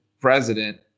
president